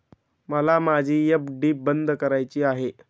मला माझी एफ.डी बंद करायची आहे